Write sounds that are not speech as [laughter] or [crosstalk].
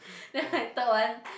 [breath] then my third one